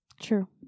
True